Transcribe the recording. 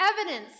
evidence